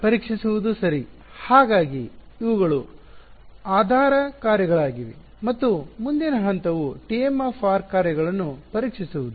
ಪರೀಕ್ಷಿಸುವುದು ಸರಿ ಹಾಗಾಗಿ ಇವುಗಳು ಆಧಾರ ಕಾರ್ಯಗಳಾಗಿವೆ ಮತ್ತು ಮುಂದಿನ ಹಂತವು tm ಕಾರ್ಯಗಳನ್ನು ಪರೀಕ್ಷಿಸುವದು